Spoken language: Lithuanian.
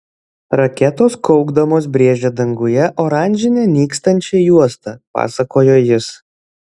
raketos kaukdamos brėžė danguje oranžinę nykstančią juostą pasakojo jis